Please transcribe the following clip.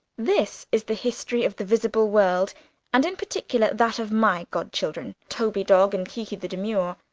this is the history of the visible world and in particular, that of my god-children, toby-dog and kiki-the-demure.